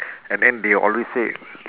and then they always say